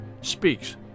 speaks